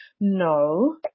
No